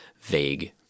vague